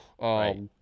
Right